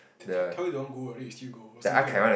te~ tell you don't go already still go or something like that